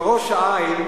בראש-העין